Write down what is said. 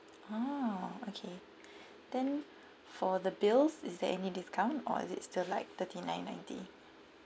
oh okay then for the bills is there any discount or is it still like thirty nine ninety